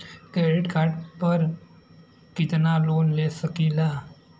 Credit card पर कितनालोन ले सकीला?